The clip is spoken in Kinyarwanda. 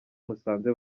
musanze